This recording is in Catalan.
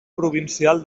provincial